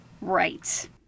Right